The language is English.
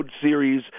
series